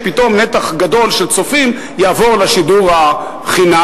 אלא מפני שפתאום נתח גדול של צופים יעבור לשידור החינמי,